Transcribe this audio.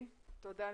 תודה.